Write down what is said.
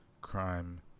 Crime